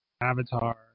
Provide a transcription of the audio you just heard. Avatar